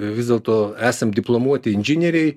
vis dėlto esam diplomuoti inžinieriai